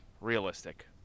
realistic